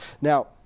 Now